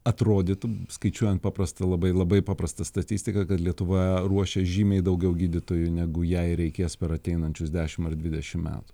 atrodytų skaičiuojant paprastą labai labai paprastą statistiką kad lietuva ruošia žymiai daugiau gydytojų negu jai reikės per ateinančius dešim ar dvidešim metų